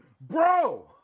Bro